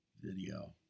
video